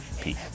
Peace